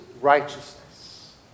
righteousness